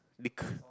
dick